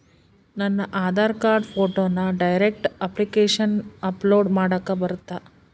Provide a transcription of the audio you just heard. ನನ್ನ ಆಧಾರ್ ಕಾರ್ಡ್ ಫೋಟೋನ ಡೈರೆಕ್ಟ್ ಅಪ್ಲಿಕೇಶನಗ ಅಪ್ಲೋಡ್ ಮಾಡಾಕ ಬರುತ್ತಾ?